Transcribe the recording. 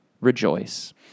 Rejoice